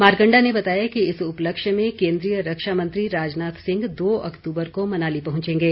मारकंडा ने बताया इस उपलक्ष्य में कोन्द्रीय रक्षा मंत्री राजनाथ सिंह दो अक्तूबर को मनाली पहुंचेगे